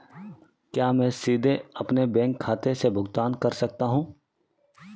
क्या मैं सीधे अपने बैंक खाते से भुगतान कर सकता हूं?